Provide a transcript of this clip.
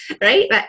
right